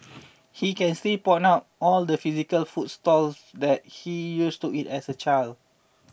he can still point out all the physical food stalls that he used to eat as a child